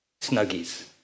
Snuggies